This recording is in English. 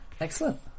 excellent